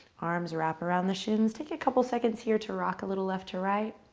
arms wrapped around the shins, take a couple seconds here to rock a little left to right.